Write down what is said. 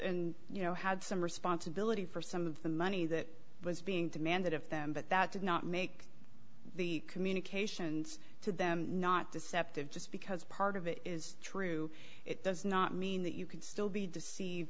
and you know had some responsibility for some of the money that was being demanded of them but that did not make the communications to them not deceptive just because part of it is true it does not mean that you can still be